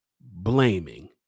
blaming